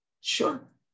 Sure